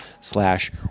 slash